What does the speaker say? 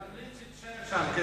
נמליץ עליך שתקבל אזרחות שם.